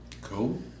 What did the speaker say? Cool